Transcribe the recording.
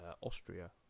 Austria